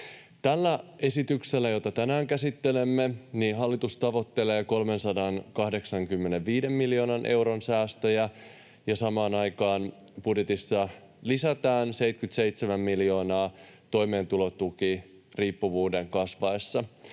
Tällä esityksellä, jota tänään käsittelemme, hallitus tavoittelee 385 miljoonan euron säästöjä, ja samaan aikaan budjetissa lisätään 77 miljoonaa toimeentulotukiriippuvuuden kasvaessa.